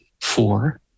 four